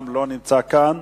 גם לא נמצא כאן.